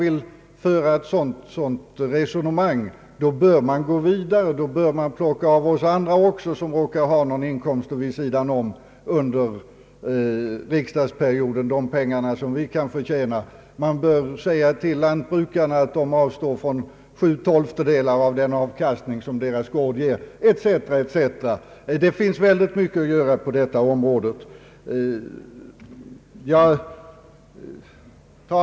Vill man föra ett sådant resonemang bör man också gå vidare och plocka av oss andra, som råkar ha en anställning vid sidan om riksdagsarbetet, de pengar som vi kan förtjäna under riksdagsperioderna. Man bör t.ex. säga till lantbrukarna att avstå sju tolftedelar av den avkastning som deras lantbruk ger. Det skulle finnas mycket att göra på det området.